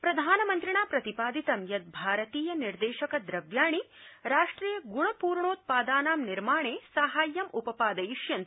प्रधानमन्त्रिणा प्रतिपादितं यत् भारतीय निर्देशक द्रव्याणि राष्ट्रे गणपूर्णोत्यादानां निर्माणे साहाय्यं उपपादयिष्यति